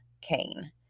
Kane